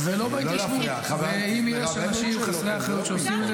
לא להפריע, חברת הכנסת, זה לא פינג-פונג.